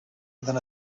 than